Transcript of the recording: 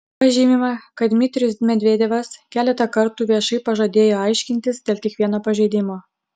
pažymima kad dmitrijus medvedevas keletą kartų viešai pažadėjo aiškintis dėl kiekvieno pažeidimo